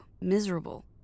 miserable